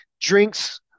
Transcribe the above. drinks